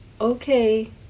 okay